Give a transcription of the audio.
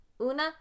Una